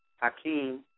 Hakeem